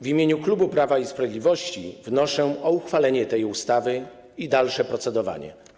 W imieniu klubu Prawa i Sprawiedliwości wnoszę o uchwalenie tej ustawy i dalsze nad nią procedowanie.